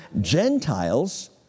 Gentiles